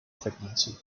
pregnancy